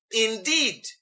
Indeed